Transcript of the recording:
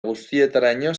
guztietaraino